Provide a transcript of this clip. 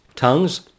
tongues